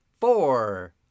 four